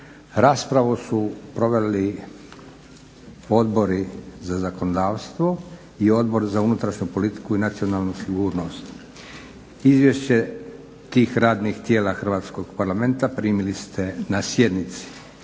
Raspravu su proveli Odbori za zakonodavstvo i Odbor za unutrašnju politiku i nacionalnu sigurnost. Izvješće tih radnih tijela Hrvatskog parlamenta primili ste na sjednici.